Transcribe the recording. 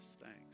thanks